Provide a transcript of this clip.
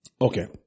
Okay